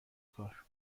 کار